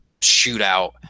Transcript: shootout